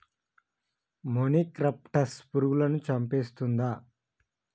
మొనిక్రప్టస్ పురుగులను చంపేస్తుందా?